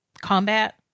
combat